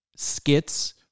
skits